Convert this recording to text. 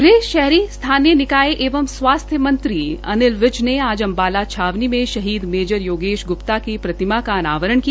ग़ह शहरी स्थानीय निकाय एवं स्वास्थ्य मंत्री अनिल विज ने आज अम्बाला छावनी में शहीद मेजर योगेश ग्प्ता की प्रतिमा का अनावरण किया